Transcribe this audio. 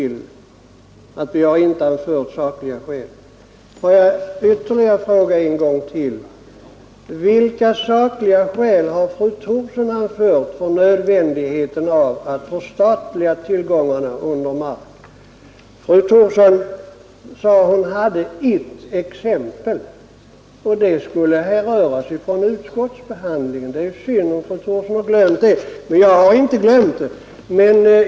Får jag fråga än en gång: Vilka sakliga skäl har fru Thorsson för nödvändigheten av att förstatliga tillgångarna under mark? Fru Thorsson nämnde att hon hade ett exempel som skulle härröra sig från utskottsbehandlingen. Det är synd, om fru Thorsson har glömt det, men jag har inte glömt det.